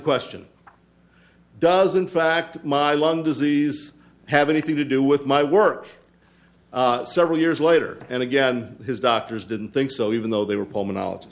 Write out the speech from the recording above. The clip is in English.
question does in fact my lung disease have anything to do with my work several years later and again his doctors didn't think so even though they were pul